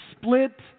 split